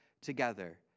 together